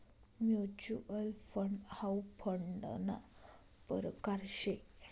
mutual fund how फंडना परकार शे